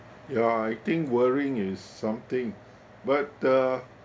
ya I think worrying is something but uh